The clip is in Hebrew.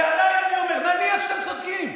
ועדיין אני אומר, נניח שאתם צודקים,